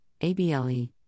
ABLE